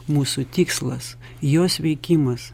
mūsų tikslas jos veikimas